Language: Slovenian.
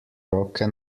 roke